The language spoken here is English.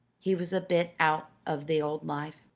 he was a bit out of the old life.